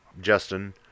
Justin